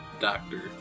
Doctor